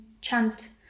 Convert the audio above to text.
Chant